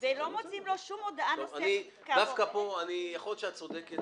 ולא מוציאים לו שום הודעה נוספת --- דווקא פה יכול להיות שאת צודקת,